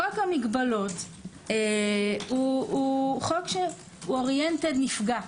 חוק המגבלות הוא אוריינטד נפגע.